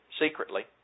secretly